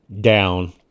down